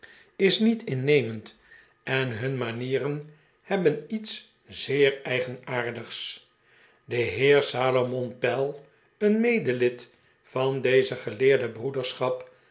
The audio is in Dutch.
is niet innemend en hun manieren hebben iets zeer eigenaardigs de heer salomon pell een medelid van deze geleerde broederschap